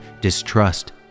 distrust